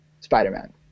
Spider-Man